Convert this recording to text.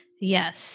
Yes